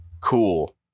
cool